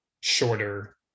shorter